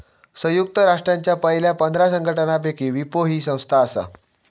संयुक्त राष्ट्रांच्या पयल्या पंधरा संघटनांपैकी विपो ही संस्था आसा